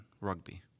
rugby